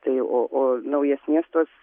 tai o o naujesnės tos